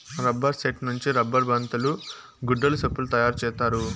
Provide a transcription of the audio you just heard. rubber సెట్టు నుంచి rubber బంతులు గుడ్డలు సెప్పులు తయారు చేత్తారు